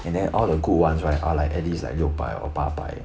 and then all the good ones right are like at least like 六百 or 八百